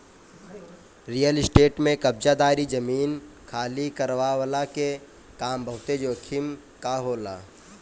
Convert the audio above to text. real estate में कब्ज़ादारी, जमीन खाली करववला के काम बहुते जोखिम कअ होला